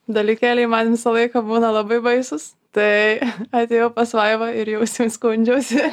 dalykėliai man visą laiką būna labai baisūs tai atėjau pas vaivą ir jau skundžiausi